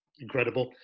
incredible